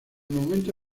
momento